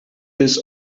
his